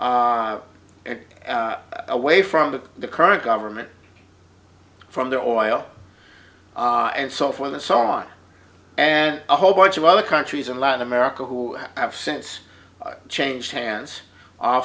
m away from the current government from the oil and so forth and so on and a whole bunch of other countries in latin america who have since changed hands off